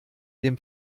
dem